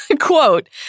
Quote